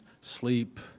sleep